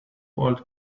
old